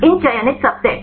इन चयनित सबसेट